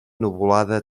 nuvolada